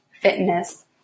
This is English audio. Fitness